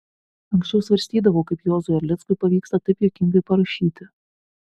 anksčiau svarstydavau kaip juozui erlickui pavyksta taip juokingai parašyti